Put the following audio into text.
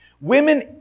Women